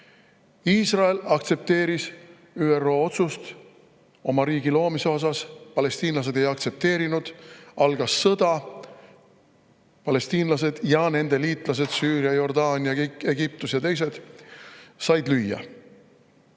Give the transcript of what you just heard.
Iisrael aktsepteeris ÜRO otsust oma riigi loomise kohta, palestiinlased ei aktsepteerinud. Algas sõda. Palestiinlased ja nende liitlased Süüria, Jordaania, Egiptus ja teised said lüüa.